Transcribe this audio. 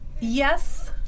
yes